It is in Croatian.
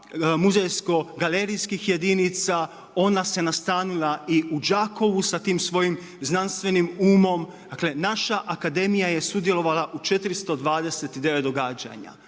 muzejsko-galerijskih jedinica. Ona se nastanila i u Đakovu sa tim svojim znanstvenim umom. Dakle, naša akademija je sudjelovala u 429 događanja